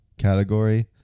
category